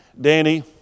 Danny